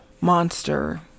monster